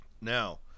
Now